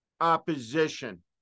opposition